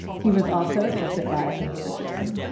he was also assisted by it and ms. richardson.